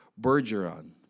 Bergeron